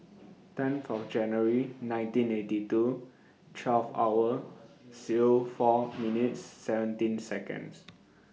ten For January nineteen eighty two twelve hour Zero four minutes seventeen Seconds